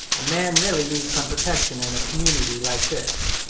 a man really needs some protection in a community like this,